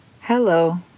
hello